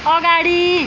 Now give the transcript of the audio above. अगाडि